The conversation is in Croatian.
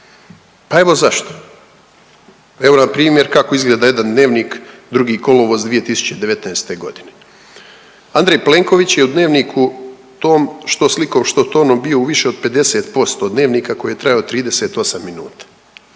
Pa evo zašto, evo npr. kako izgleda jedan Dnevnik, 2. kolovoz 2019. g., Andrej Plenković je u Dnevniku tom, što slikom, što tonom bio u više od 50% Dnevnika koji je trajao 38 minuta.